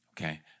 okay